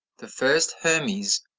the first hermes,